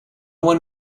one